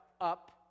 up